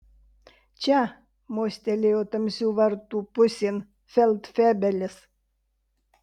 čia mostelėjo tamsių vartų pusėn feldfebelis